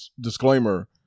disclaimer